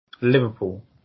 Liverpool